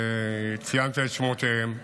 ציינת את שמותיהם.